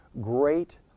great